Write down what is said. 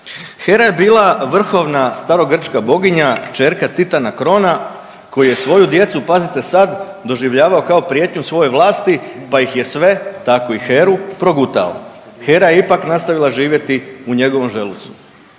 Hera je bila vrhovna starogrčka boginja kćerka Titana Krona koji je svoju djecu, pazite sad, doživljavao kao prijetnju svoje vlasti pa ih je sve tako i Heru progutao. Hera je ipak nastavila živjeti u njegovom želucu.